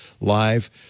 live